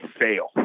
fail